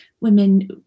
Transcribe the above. women